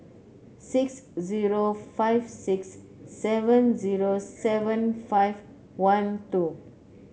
six zero five six seven zero seven five one two